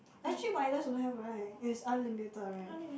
actually wireless don't have right it's unlimited right